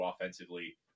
offensively